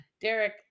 Derek